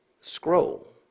scroll